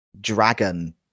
dragon